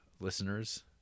listeners